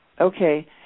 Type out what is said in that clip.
Okay